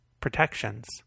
protections